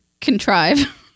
contrive